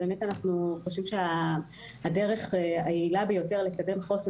באמת אנחנו חושבים שהדרך היעילה ביותר לקדם חוסן